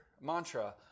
mantra